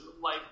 life